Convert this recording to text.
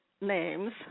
names